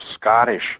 Scottish